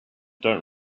don’t